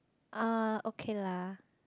uh okay lah